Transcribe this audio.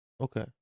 Okay